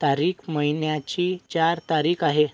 तारीख महिन्याची चार तारीख आहे